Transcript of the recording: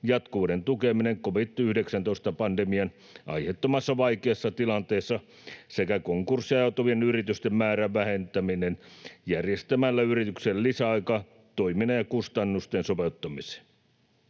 jatkuvuuden tukeminen covid-19-pandemian aiheuttamassa vaikeassa tilanteessa sekä konkurssiin ajautuvien yritysten määrän vähentäminen järjestämällä yrityksille lisäaikaa toiminnan ja kustannusten sopeuttamiseen.